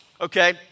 okay